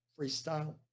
freestyle